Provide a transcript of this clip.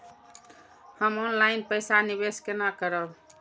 हम ऑनलाइन पैसा निवेश केना करब?